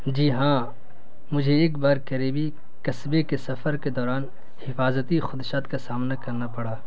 جی ہاں مجھے ایک بار قریبی قصبے کے سفر کے دوران حفاظتی خدشات کا سامنا کرنا پڑا